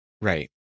Right